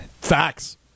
Facts